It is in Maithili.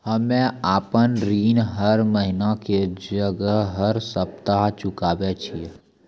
हम्मे आपन ऋण हर महीना के जगह हर सप्ताह चुकाबै छिये